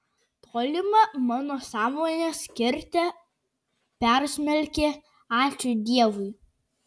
tolimą mano sąmonės kertę persmelkė ačiū dievui